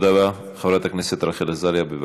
חברת הכנסת רחל עזריה, בבקשה.